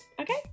Okay